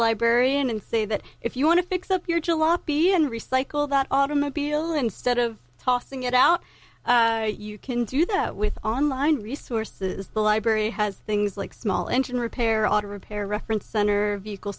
librarian and say that if you want to fix up your jalopy and recycle that automobile instead of tossing it out you can do that with online resources the library has things like small engine repair auto repair reference under vehicle